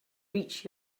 reach